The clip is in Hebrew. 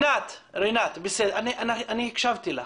--- רינת, הקשבתי לך.